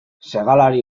segalari